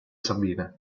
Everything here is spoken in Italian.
sabine